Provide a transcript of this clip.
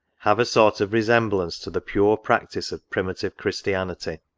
have a sort of resemblance to the pure practice of pri mitive christianity.